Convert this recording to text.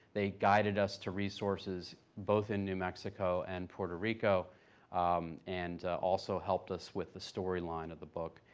they guided us to resources both in new mexico and puerto rico and also helped us with the storyline of the book.